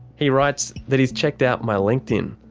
he writes that he's checked out my linkedin.